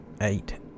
Eight